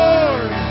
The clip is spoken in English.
Lord